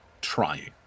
trying